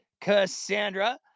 Cassandra